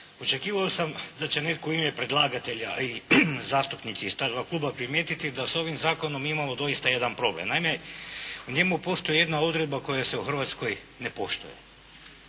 očekivao sam da će netko u ime predlagatelja i zastupnici iz ta dva kluba primijetiti da s ovim zakonom mi imamo doista jedan problem. Naime u njemu postoji jedna odredba koja se u Hrvatskoj ne poštuje